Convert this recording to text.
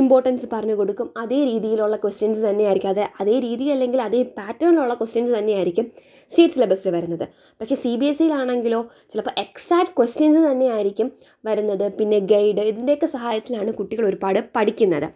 importance പറഞ്ഞുകൊടുക്കും അതേ രീതിയിലുള്ള ക്വസ്റ്റ്യൻസ് തന്നെയായിരിക്കും അതേ രീതിയില് അല്ലെങ്കില് അതേ പാറ്റേണില് തന്നെയുള്ള ക്വസ്റ്റ്യന് തന്നെയായിരിക്കും സ്റ്റേറ്റ് സിലബസില് വരുന്നത് പക്ഷെ സി ബി എസ് ഇ ല് ആണെങ്കിലോ ചിലപ്പോൾ എക്സാക്റ്റ് ക്വസ്റ്റ്യന്സ് തന്നെ ആയിരിക്കും വരുന്നത് പിന്നെ ഗൈഡ് ഇതിന്റെ ഒക്കെ സഹായത്തില് ആണ് കുട്ടികള് ഒരുപാട് പഠിക്കുന്നത്